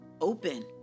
open